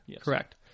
correct